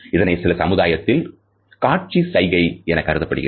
இதனை சில சமுதாயத்தில் காட்சி சைகை என கருதப்படுகிறது